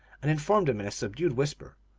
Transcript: and informed them in a subdued whisper,